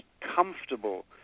comfortable